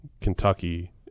Kentucky